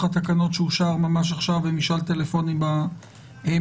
התקנות שאושר ממש עכשיו במשאל טלפוני בממשלה,